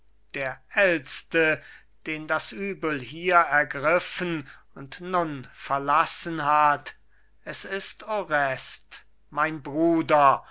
der ält'ste den das übel hier ergriffen und nun verlassen hat es ist orest mein bruder